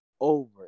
over